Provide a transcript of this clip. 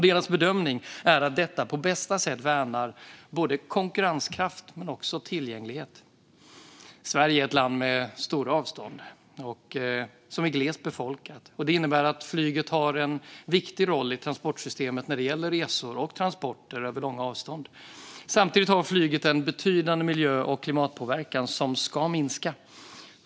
Deras bedömning är att detta på bästa sätt värnar både konkurrenskraft och tillgänglighet. Sverige är ett glest befolkat land med stora avstånd. Det innebär att flyget har en viktig roll i transportsystemet när det gäller resor och transporter över långa avstånd. Samtidigt har flyget en betydande miljö och klimatpåverkan som ska minska.